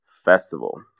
festival